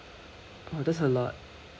oh that's a lot